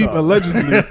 allegedly